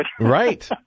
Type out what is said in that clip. right